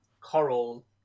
Coral